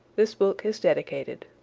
this book is dedicated.